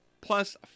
plus